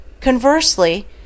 Conversely